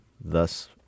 thus